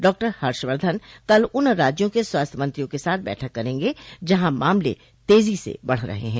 doctor Harshvardhan कल उन राज्यों के स्वास्थ्य मंत्रियों के साथ बैठक करेंगे जहां मामले तेजी से बढ़ रहे हैं